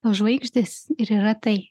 tos žvaigždės ir yra tai